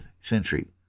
century